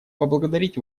поблагодарить